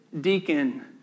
deacon